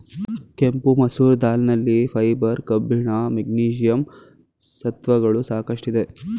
ಕೆಂಪು ಮಸೂರ್ ದಾಲ್ ನಲ್ಲಿ ಫೈಬರ್, ಕಬ್ಬಿಣ, ಮೆಗ್ನೀಷಿಯಂ ಸತ್ವಗಳು ಸಾಕಷ್ಟಿದೆ